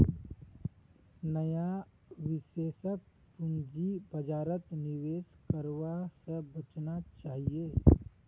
नया निवेशकक पूंजी बाजारत निवेश करवा स बचना चाहिए